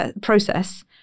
process